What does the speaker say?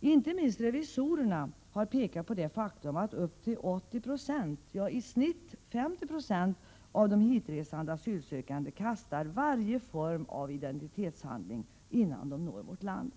Inte minst revisorerna har pekat på det faktum att upp till 80 96 — ja, i genomsnitt 50 96 — av de hitresande asylsökande kastar bort varje form av identitetshandling innan de når vårt land.